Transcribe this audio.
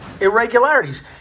irregularities